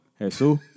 Jesus